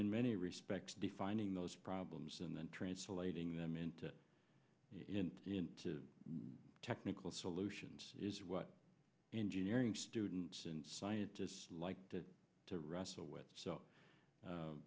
in many respects defining those problems and then translating them into it into technical solutions is what jeering students and scientists like to wrestle with so